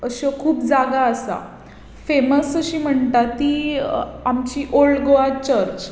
अश्यो खूब जागा आसा फेमस अशी म्हणटा ती आमची ओल्ड गोवा चर्च